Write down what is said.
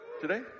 today